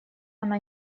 она